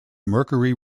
mercury